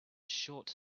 short